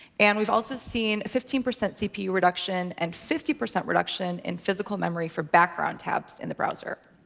and we've also seen a fifteen percent cpu reduction and fifty percent reduction in physical memory for background tabs in the browser.